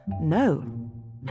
no